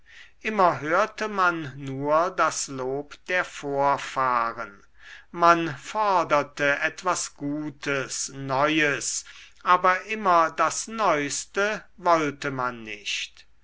immer hörte man nur das lob der vorfahren man forderte etwas gutes neues aber immer das neuste wollte man nicht